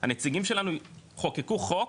החוקקים שלנו חוקקו חוק,